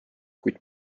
kuid